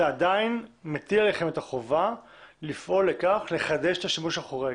עדיין זה מטיל עליכם את החובה לפעול לחדש את השימוש החורג.